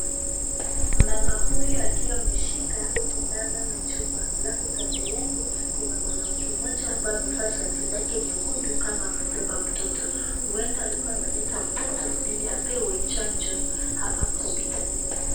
Mama huyu akiwa ameshika sindano na chupa alafu kando yake kuna mwanamke mmoja ambaye amevaa shati lake nyekundu kama amebeba mtoto. Huenda alikuwa ameleta mtoto ili apewe chanjo hapa hospitali.